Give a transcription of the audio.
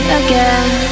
again